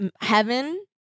heaven